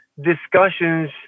discussions